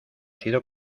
sido